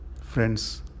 Friends